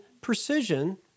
precision